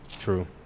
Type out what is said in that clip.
True